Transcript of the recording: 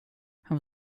han